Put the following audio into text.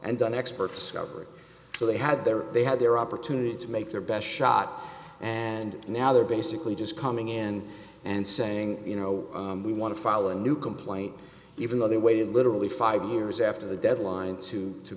done experts coverage so they had their they had their opportunity to make their best shot and now they're basically just coming in and saying you know we want to file a new complaint even though they waited literally five years after the deadline to to